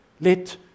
Let